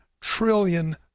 trillion